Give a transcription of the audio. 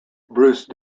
bruce